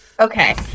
Okay